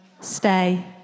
stay